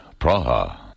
Praha